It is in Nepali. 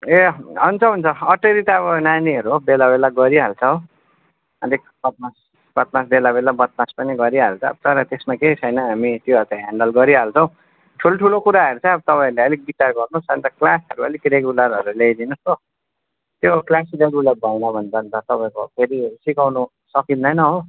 ए हुन्छ हुन्छ अटेरी त अब नानीहरू हो बेला बेला गरिहाल्छ अनि त्यो सबमा बदमास बेला बेला बदमास पनि गरिहाल्छ तर त्यसमा केही छैन हामी त्योहरू त हेन्डल गरिहाल्छौँ ठुलठुलो कुराहरू चाहिँ अब तपाईँहरूले अलिक विचार गर्नुहोस् अन्त क्लासहरू अलिकति रेगुलरहरू ल्याइदिनु होस् त्यो क्लासहरू रेगुलर भएन भने अन्त तपाईँको फेरि सिकाउनु सकिँदैन हो